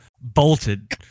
bolted